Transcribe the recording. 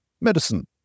medicine